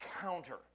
counter